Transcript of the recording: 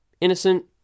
Innocent